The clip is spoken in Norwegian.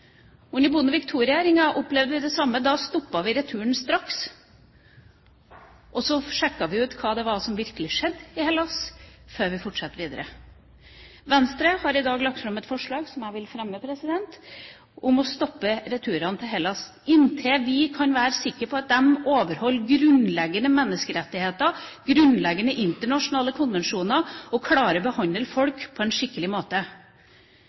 Under Bondevik II-regjeringen opplevde vi det samme. Da stoppet vi returen straks, og så sjekket vi hva det var som virkelig skjedde i Hellas, før vi fortsatte videre. Venstre har i dag et forslag som jeg vil fremme, om å stoppe returene til Hellas inntil vi kan være sikre på at de overholder grunnleggende menneskerettigheter og grunnleggende internasjonale konvensjoner og klarer å behandle folk på en skikkelig måte.